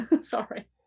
Sorry